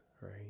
right